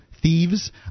thieves